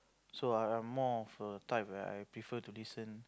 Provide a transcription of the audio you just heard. so I I'm more of a type where I prefer to listen